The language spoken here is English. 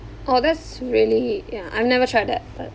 orh that's really ya I've never tried that but